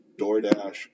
DoorDash